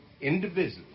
indivisible